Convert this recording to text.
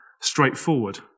straightforward